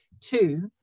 Two